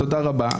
תודה רבה.